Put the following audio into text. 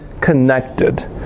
connected